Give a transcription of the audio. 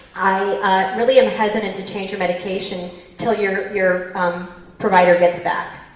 i really am hesitant to change your medication til your your um provider gets back.